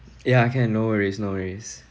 yeah can no worries no worries